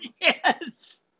Yes